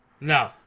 No